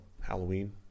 Halloween